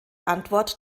antwort